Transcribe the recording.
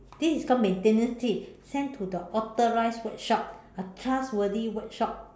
this is called maintenance tip send to the authorized workshop a trustworthy workshop